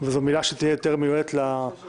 וזאת מילה שתהיה יותר מיועדת לפרוטוקול,